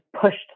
pushed